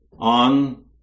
on